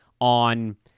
on